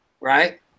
Right